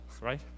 right